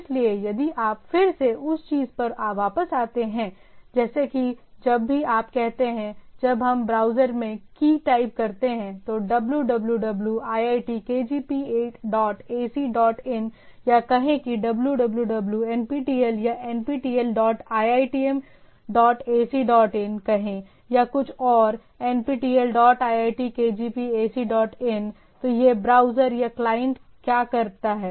इसलिए यदि आप फिर से उस चीज़ पर वापस आते हैं जैसे कि जब भी आप कहते हैं जब हम ब्राउज़र में की टाइप करते हैं तो www iit kgp dot A C dot in या कहें कि www nptel या nptel dot iitm dot A C dot कहें या कुछ और तो यह ब्राउज़र या क्लाइंट क्या करता है